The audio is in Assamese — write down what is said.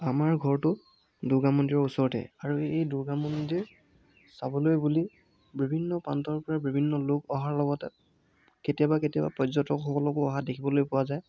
আমাৰ ঘৰটো দুৰ্গা মন্দিৰৰ ওচৰতে আৰু এই দুৰ্গা মন্দিৰ চাবলৈ বুলি বিভিন্ন প্ৰান্তৰপৰা বিভিন্ন লোক অহাৰ লগতে কেতিয়াবা কেতিয়াবা পৰ্যটক সকলকো অহা দেখিবলৈ পোৱা যায়